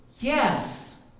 Yes